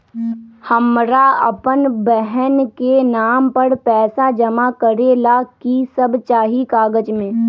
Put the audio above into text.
हमरा अपन बहन के नाम पर पैसा जमा करे ला कि सब चाहि कागज मे?